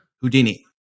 Houdini